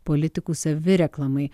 politikų savireklamai